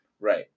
Right